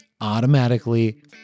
automatically